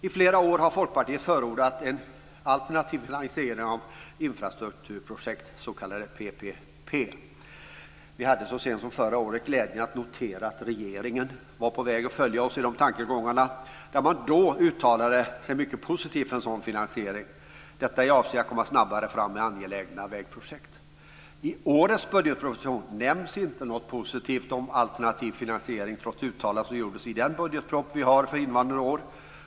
I flera år har Folkpartiet förordat en alternativ finansiering av infrastrukturprojekt, s.k. PPP. Vi hade så sent som förra året glädjen att notera att regeringen var på väg att följa oss i de tankegångarna. Man uttalade sig då mycket positivt för en sådan finansiering. Detta i avsikt att komma snabbare fram med angelägna vägprojekt. I årets budgetproposition nämns inte något positivt om alternativ finansiering, trots uttalanden som gjordes i den budgetproposition vi har för innevarande år.